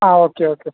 ആ okay okay